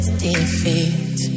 defeat